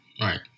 right